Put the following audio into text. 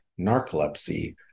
narcolepsy